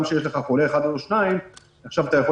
גם כשיש לך חולה אחד או שניים: עכשיו אתה יכול